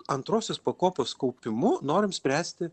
antrosios pakopos kaupimu norim spręsti